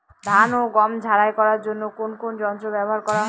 ধান ও গম ঝারাই করার জন্য কোন কোন যন্ত্র ব্যাবহার করা হয়?